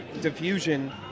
diffusion